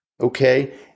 okay